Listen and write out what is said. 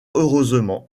heureusement